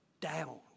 down